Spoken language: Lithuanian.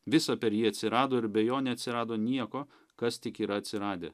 visa per jį atsirado ir be jo neatsirado nieko kas tik yra atsiradę